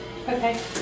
Okay